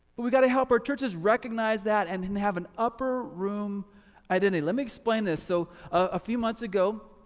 but we gotta help our churches recognize that and then they have an upper room identity let me explain this. so a few months ago,